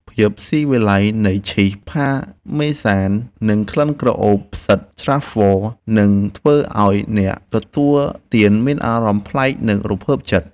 ភាពស៊ីវិល័យនៃឈីសផាមេសាននិងក្លិនប្រេងផ្សិតត្រាហ្វហ្វល (Truffle) នឹងធ្វើឱ្យអ្នកទទួលទានមានអារម្មណ៍ប្លែកនិងរំភើបចិត្ត។